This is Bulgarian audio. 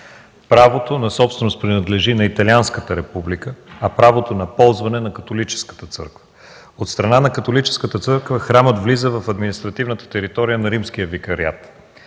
правото на собственост принадлежи на Италианската република, а правото на ползване на католическата църква. От страна на католическата църква храмът влиза в административната територия на Римския викариат.